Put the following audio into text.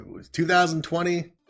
2020